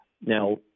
Now